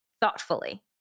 Thoughtfully